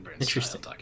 interesting